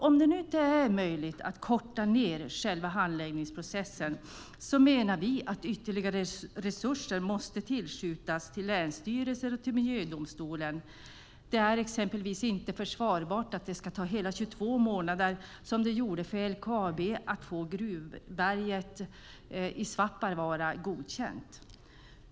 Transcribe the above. Om det nu inte är möjligt att korta ned den menar vi att ytterligare resurser måste tillskjutas länsstyrelserna och miljödomstolen. Det är exempelvis inte försvarbart att det ska ta hela 22 månader, som det gjorde för LKAB, att få Gruvberget i Svappavaara godkänt.